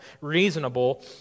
reasonable